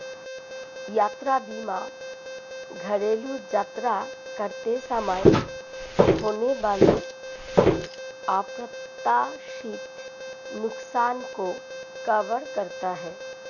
यात्रा बीमा घरेलू यात्रा करते समय होने वाले अप्रत्याशित नुकसान को कवर करता है